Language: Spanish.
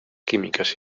químicas